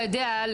אתה יודע,